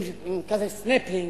עם כזה סנפלינג,